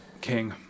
King